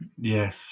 Yes